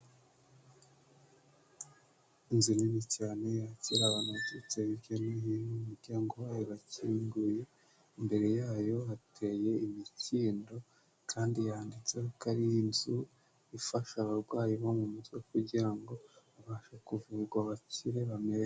Inzu nini cyane, yakira abantu baturutse hirya no hino, umuryango wayo irakinguye, imbere yayo hateye imikindo, kandi yanditseho ko ari nzu ifasha abarwayi bo mu mutwe kugira ngo babashe kuvurwa bakire.